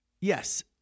yes